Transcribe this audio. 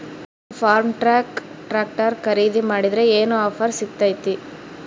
ನಾನು ಫರ್ಮ್ಟ್ರಾಕ್ ಟ್ರಾಕ್ಟರ್ ಖರೇದಿ ಮಾಡಿದ್ರೆ ಏನು ಆಫರ್ ಸಿಗ್ತೈತಿ?